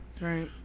Right